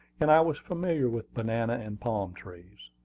and i was familiar with banana and palm trees.